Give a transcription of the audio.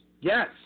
Yes